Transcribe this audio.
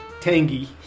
tangy